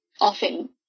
often